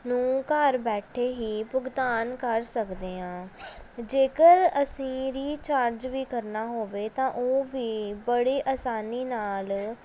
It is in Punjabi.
ਨੂੰ ਘਰ ਬੈਠੇ ਹੀ ਭੁਗਤਾਨ ਕਰ ਸਕਦੇ ਹਾਂ ਜੇਕਰ ਅਸੀਂ ਰੀਚਾਰਜ ਵੀ ਕਰਨਾ ਹੋਵੇ ਤਾਂ ਉਹ ਵੀ ਬੜੀ ਆਸਾਨੀ ਨਾਲ